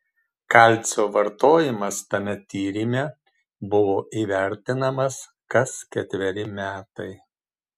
kalcio vartojimas tame tyrime buvo įvertinamas kas ketveri metai